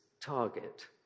target